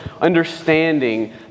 Understanding